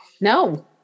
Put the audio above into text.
No